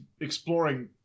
exploring